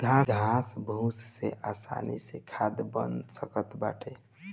घास फूस से आसानी से खाद बन सकत बाटे